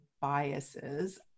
biases